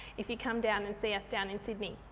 if you come down and see us down in sydney.